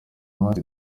munsi